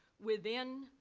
within